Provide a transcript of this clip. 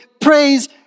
praise